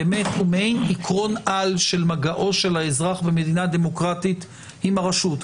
מעין עקרון על של מגעו של האזרח במדינה דמוקרטית עם הרשות.